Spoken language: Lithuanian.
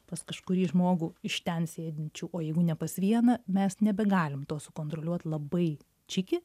pas kažkurį žmogų iš ten sėdinčių o jeigu ne pas vieną mes nebegalim to sukontroliuot labai čiki